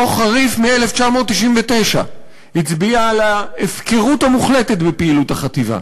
דוח חריף מ-1999 הצביע על ההפקרות המוחלטת בפעילות החטיבה.